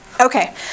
okay